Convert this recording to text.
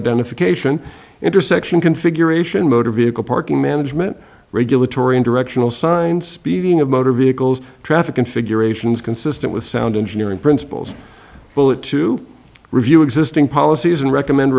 identification intersection configuration motor vehicle parking management regulatory and directional signs speeding of motor vehicles traffic configurations consistent with sound engineering principles bullet to review existing policies and recommend